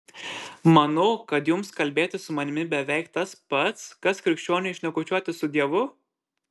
manau kad jums kalbėtis su manimi beveik tas pats kas krikščioniui šnekučiuotis su dievu